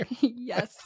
Yes